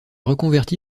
reconverti